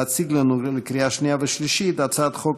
להציג לנו בקריאה שנייה ושלישית את הצעת חוק